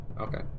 Okay